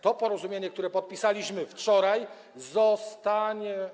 To porozumienie, które podpisaliśmy wczoraj, zostanie.